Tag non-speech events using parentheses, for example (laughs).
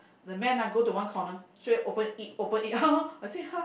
the man ah go to one corner straightaway open eat open eat (laughs) I say !huh!